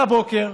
והבוקר,